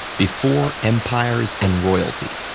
before empires and royalty,